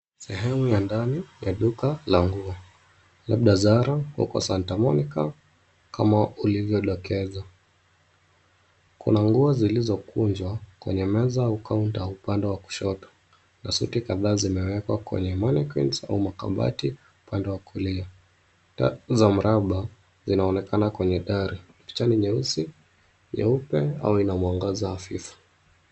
Sehemu ya ndani ya duka la nguo labda Zara huko Santa Monica kama ulivyodokeza. Kuna nguo zilizokunjwa kwenye meza au kaunta upande wa kushoto na suti kadhaa zimewekwa kwenye mannequins au makabati upande wa kulia. Taa za mraba zinaonekana kwenye dari. Picha ni nyeusi, nyeupe au ina mwangaza hafifu.